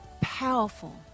powerful